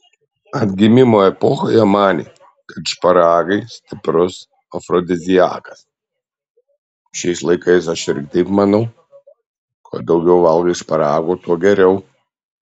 atgimimo epochoje manė kad šparagai stiprus afrodiziakas